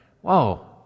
whoa